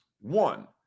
One